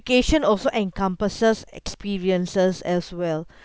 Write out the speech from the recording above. education also encompasses experiences as well